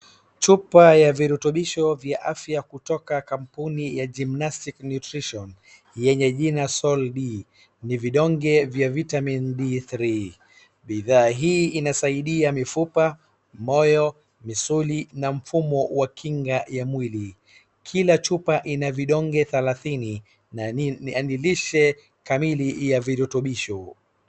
Chupa ya virutubisho ya afya kutoka kampuni ya gymnastic nutrition yenye jina SolD bidhaa hii inasaidia mifuopa ,moyo, misuli na mfumo wa kinga ya mwili kila chupa ina vidonge thelathini na lishe kamili ya virutubisho.